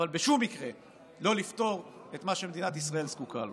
אבל בשום מקרה לא לפתור את מה שמדינת ישראל זקוקה לו.